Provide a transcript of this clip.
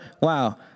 Wow